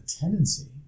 tendency